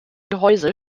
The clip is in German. gehäuse